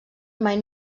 mai